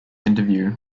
interview